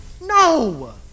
No